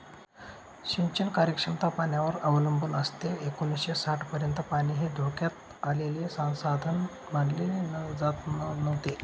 सिंचन कार्यक्षमता पाण्यावर अवलंबून असते एकोणीसशे साठपर्यंत पाणी हे धोक्यात आलेले संसाधन मानले जात नव्हते